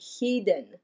hidden